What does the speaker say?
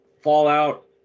Fallout